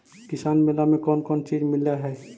किसान मेला मे कोन कोन चिज मिलै है?